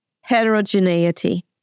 Heterogeneity